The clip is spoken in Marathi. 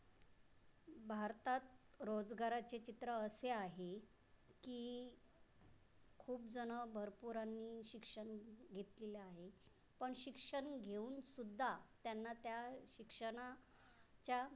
भारतात रोजगाराचे चित्र असे आहे की खूप जणं भरपूर आणि शिक्षण घेतलेले आहे पण शिक्षण घेऊनसुद्धा त्यांना त्या शिक्षणाच्या